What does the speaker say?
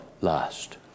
last